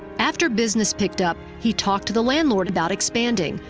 after business picked up, he talked to the landlord about expanding,